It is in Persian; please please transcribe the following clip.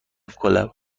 کنم